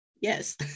Yes